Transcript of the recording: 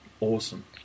Awesome